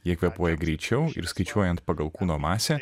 jie kvėpuoja greičiau ir skaičiuojant pagal kūno masę